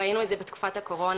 ראינו את זה בתקופת הקורונה,